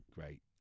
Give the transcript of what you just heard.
great